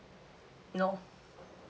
no